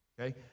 Okay